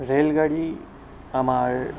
ৰে'লগাড়ী আমাৰ